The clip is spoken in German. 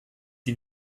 die